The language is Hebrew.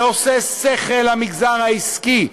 זה עושה שכל למגזר העסקי,